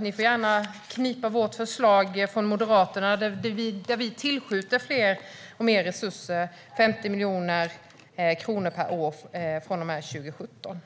Ni får gärna knipa Moderaternas förslag; vi tillskjuter mer resurser, 50 miljoner kronor per år från och med 2017.